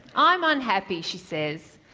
i'm unhappy she says,